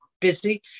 busy